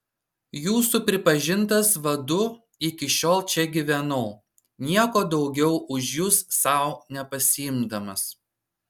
jūsų pripažintas vadu iki šiol čia gyvenau nieko daugiau už jus sau nepasiimdamas